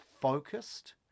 focused